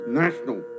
national